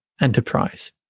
enterprise